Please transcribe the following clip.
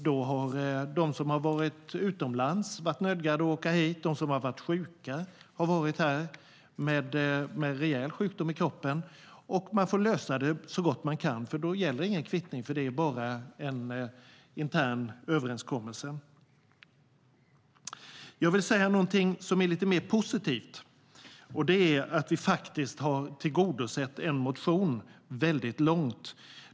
Då har de som varit utomlands varit nödgade att åka hit, och de som har varit sjuka har varit här med rejäl sjukdom i kroppen. Man får lösa det så gott man kan, för då gäller ingen kvittning utan bara en intern överenskommelse. Jag vill tala om någonting som är lite mer positivt, och det är att vi har tillgodosett en motion väldigt långt.